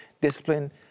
discipline